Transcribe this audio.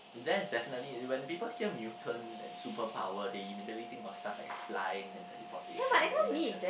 that's definitely when people hear mutant and superpower they immediately think of stuff like flying and teleportation like you mention